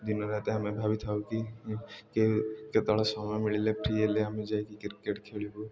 ଦିନ ରାତି ଆମେ ଭାବିଥାଉ କି କେତେବେଳେ ସମୟ ମିଳିଲେ ଫ୍ରି ହେଲେ ଆମେ ଯାଇକି କ୍ରିକେଟ୍ ଖେଳିବୁ